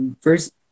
first